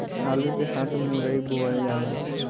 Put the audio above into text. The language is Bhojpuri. आलू के साथ मुरई बोअल जाला